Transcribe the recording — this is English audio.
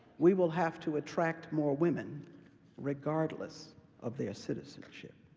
we will have to attract more women regardless of their citizenship.